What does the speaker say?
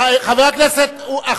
כסף, ולא,